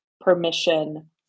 permission